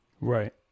Right